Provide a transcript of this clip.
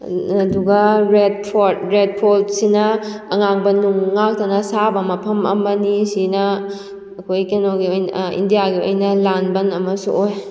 ꯑꯗꯨꯒ Red Fort Red ꯐꯣꯔꯠꯁꯤꯅ ꯑꯉꯥꯡꯕ ꯅꯨꯡ ꯉꯥꯛꯇꯅ ꯁꯥꯕ ꯃꯐꯝ ꯑꯃꯅꯤ ꯁꯤꯅ ꯑꯩꯈꯣꯏ ꯀꯩꯅꯣꯒꯤ ꯑꯣꯏꯅ ꯏꯟꯗꯤꯌꯥꯒꯤ ꯑꯣꯏꯅ ꯂꯥꯟꯕꯟ ꯑꯃꯁꯨ ꯑꯣꯏ